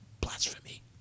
blasphemy